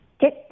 Get